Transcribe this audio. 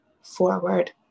forward